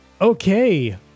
Okay